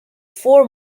four